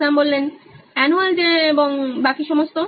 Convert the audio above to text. শ্যাম annual day এবং বাকি সমস্ত